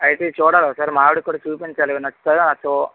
అయితే చూడాలొకసారి మా ఆవిడకి కూడా చూపించాలి ఇవి నచ్చుతాయో నచ్చవో